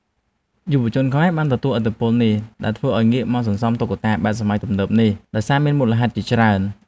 យុវជនខ្មែរបានទទួលឥទ្ធិពលនេះ ដែលធ្វើឱ្យងាកមកសន្សំតុក្កតាបែបសម័យទំនើបនេះ ដោយសារមានមូលហេតុជាច្រើន។